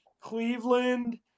Cleveland